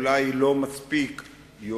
אולי היא לא מספיק יוזמת,